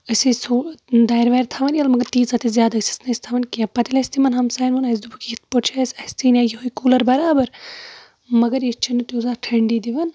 أسۍ ٲسۍ ہُہ دارِ وارِ تھاوَان ییٚلہِ مگر تیٖژاہ تہِ زِیادٕ ٲسِس نہٕ ٲسۍ تھاوَان کینٛہہ پَتہٕ ییٚلہِ اسہِ تِمن ہَمسایَن وون اسہِ دوٚپُکھ یِتھ پٲٹھۍ چھ اسہِ اَسہِ تہِ اَنیو یِہوے کوٗلَر بَرابر مگر یہِ چھُنہٕ تِیوٗتاہ ٹھنٛڈی دِوان